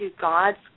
God's